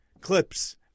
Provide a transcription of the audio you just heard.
clips